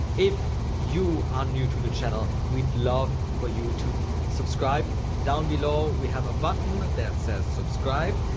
if you are new to the channel, we'd love for you to subscribe down below we have a button that says subscribe,